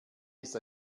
ist